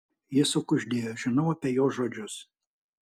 ji sukuždėjo žinau apie jos žodžius